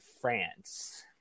France